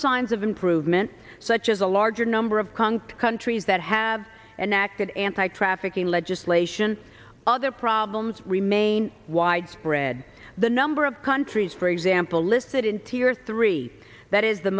signs of improvement such as a larger number of conked countries that have enacted anti trafficking legislation other problems remain widespread the number of countries for example listed in tier three that is the